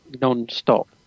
non-stop